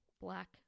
black